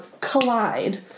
collide